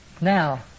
Now